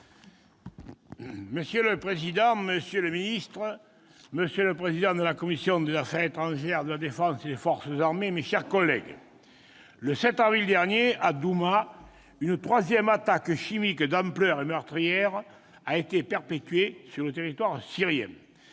Monsieur le président, monsieur le ministre, monsieur le président de la commission des affaires étrangères, de la défense et des forces armées, mes chers collègues, le 7 avril dernier, à Douma, une troisième attaque chimique d'ampleur- et meurtrière-a été perpétrée sur le territoire syrien.